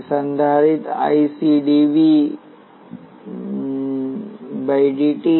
संधारित्र I C dV dt है